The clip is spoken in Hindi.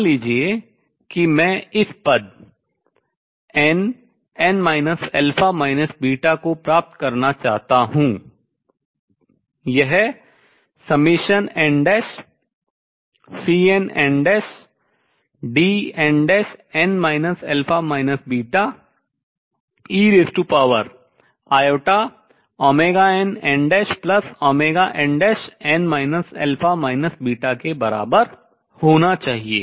मान लीजिए कि मैं इस पद nn α β को प्राप्त करना चाहता हूँ यह nCnnDnn α βeinnnn α β के बराबर होना चाहिए